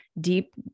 deep